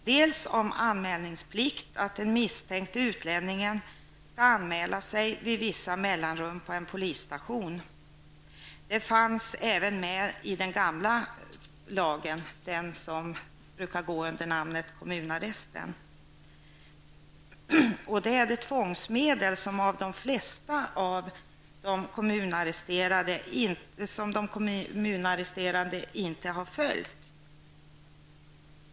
Det kan vara anmälningsplikt, dvs. att den misstänkte utlänningen med vissa mellanrum skall anmäla sig på en polisstation. Detta fanns med även i den gamla lagen -- kommunarresten. Detta har dock de flesta kommunarresterade inte åtlytt.